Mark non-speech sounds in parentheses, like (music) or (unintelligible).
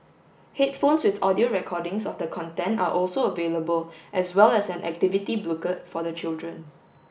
headphones with audio recordings of the content are also available as well as an activity (unintelligible) booklet for the children